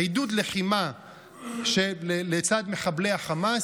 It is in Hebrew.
עידוד לחימה לצד מחבלי החמאס,